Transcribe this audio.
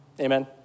Amen